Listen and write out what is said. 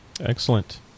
Excellent